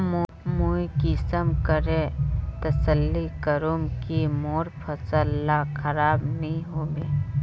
मुई कुंसम करे तसल्ली करूम की मोर फसल ला खराब नी होबे?